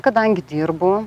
kadangi dirbu